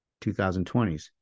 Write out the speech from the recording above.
2020s